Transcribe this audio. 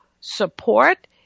support